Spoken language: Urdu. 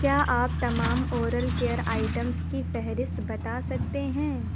کیا آپ تمام اورل کیئر آئٹمز کی فہرست بتا سکتے ہیں